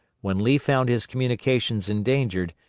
when lee found his communications endangered,